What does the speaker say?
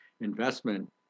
investment